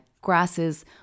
grasses